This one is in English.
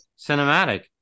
cinematic